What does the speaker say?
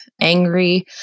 angry